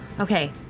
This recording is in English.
Okay